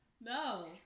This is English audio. No